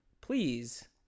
Please